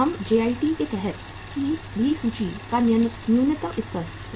हम जेआईटी के तहत भी सूची का न्यूनतम स्तर रखते हैं